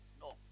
No